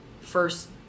first